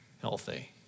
healthy